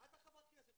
את חברת הכנסת.